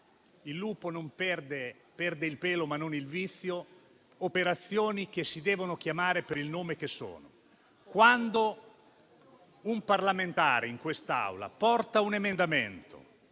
il lupo perde il pelo, ma non il vizio, operazioni che si devono chiamare con il loro nome. Quando un parlamentare in quest'Aula presenta un emendamento,